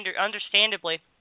understandably